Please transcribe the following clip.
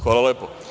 Hvala lepo.